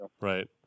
Right